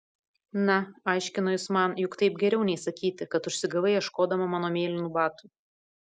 na aiškino jis man juk taip geriau nei sakyti kad užsigavai ieškodama mano mėlynų batų